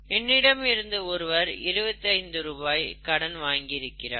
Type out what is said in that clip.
என்னிடம் இருந்து ஒருவர் 25 ரூபாய் கடன் வாங்கியிருக்கிறார்